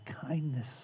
kindness